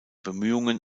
bemühungen